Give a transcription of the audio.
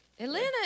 Atlanta